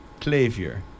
Clavier